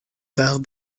tard